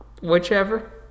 Whichever